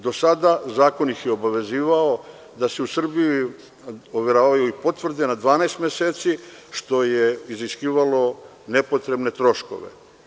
Do sada zakon ih obavezivao da se u Srbiji overavaju i potvrde na 12 meseci, što je iziskivalo nepotrebne troškove.